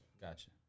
Gotcha